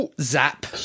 zap